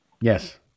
Yes